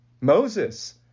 Moses